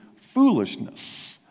foolishness